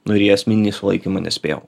nu ir į asmeninį sulaikymą nespėjau